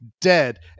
Dead